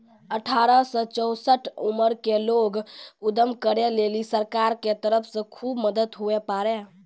अठारह से चौसठ उमर के लोग उद्यम करै लेली सरकार के तरफ से खुब मदद हुवै पारै